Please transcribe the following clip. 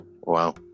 Wow